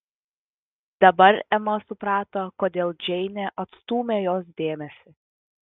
dabar ema suprato kodėl džeinė atstūmė jos dėmesį